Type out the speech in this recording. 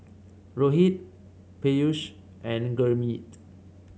Rohit Peyush and Gurmeet